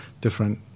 different